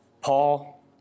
Paul